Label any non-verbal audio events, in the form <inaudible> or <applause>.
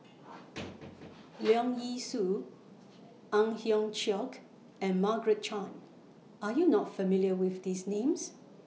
<noise> Leong Yee Soo Ang Hiong Chiok and Margaret Chan Are YOU not familiar with These Names